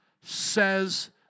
says